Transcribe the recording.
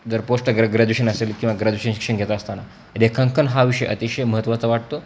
जर पोस्ट ग्र ग्रॅजुएशन असेल किवा ग्रॅजुएशन शिक्षण घेत असताना रेखांकन हा विषय अतिशय महत्त्वाचा वाटतो